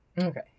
Okay